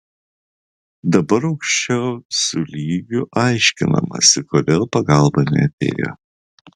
dabar aukščiausiu lygiu aiškinamasi kodėl pagalba neatėjo